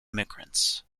immigrants